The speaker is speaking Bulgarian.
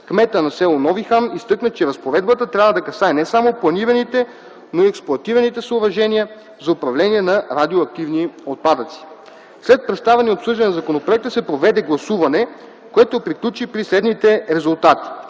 Кметът на с. Нови Хан изтъкна, че разпоредбата трябва да касае не само планираните, но и експлоатираните съоръжения за управление на радиоактивни отпадъци. След представяне и обсъждане на законопроекта се проведе гласуване, което приключи при следните резултати: